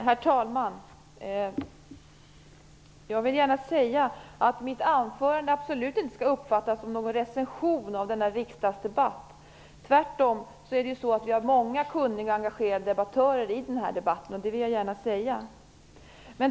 Herr talman! Jag vill gärna säga att mitt anförande absolut inte skall uppfattas som någon recension av denna riksdagsdebatt. Tvärtom är det ju så att vi har många kunniga engagerade debattörer i denna debatt.